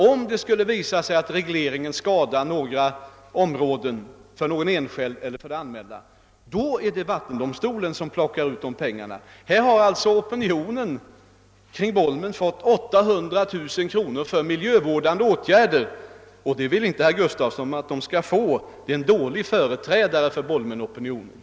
Om det skulle visa sig att regleringen medför skador för några områden, för någon enskild eller för det allmänna, är det vattendomstolen som utdömer skadeståndet. Här har alltså Bolmenopinionen fått 800 000 kronor till miljövårdande åtgärder, vilket herr Gustavsson i Alvesta tydligen inte vill att den skall få. Han är en dålig företrädare för Bolmenopinionen.